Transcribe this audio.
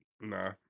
Nah